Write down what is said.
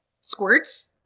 squirts